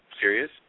serious